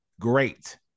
great